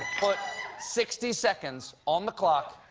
put sixty seconds on the clock,